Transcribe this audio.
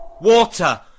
Water